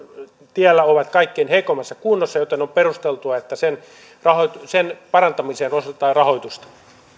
tiellä ovat kaikkein heikommassa kunnossa joten on perusteltua että sen parantamiseen osoitetaan rahoitusta